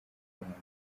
guhanga